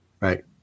right